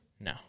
No